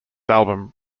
album